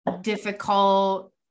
difficult